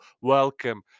Welcome